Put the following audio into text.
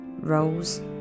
roles